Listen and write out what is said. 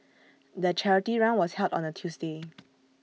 the charity run was held on A Tuesday